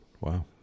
Wow